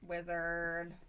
Wizard